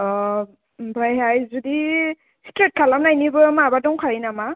आमफ्रायहाय जुदि स्ट्रेट खालामनायनिबो माबा दंंखायो नामा